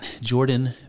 jordan